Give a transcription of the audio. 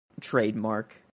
trademark